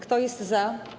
Kto jest za?